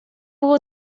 było